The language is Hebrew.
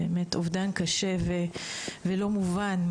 באמת אובדן קשה ולא מובן,